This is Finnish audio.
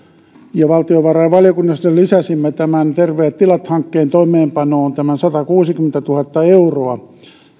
ja valtiovarainvaliokunnassa lisäsimme tämän terveet tilat hankkeen toimeenpanoon tämän satakuusikymmentätuhatta euroa